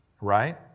Right